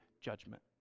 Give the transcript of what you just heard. judgment